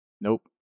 Nope